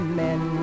men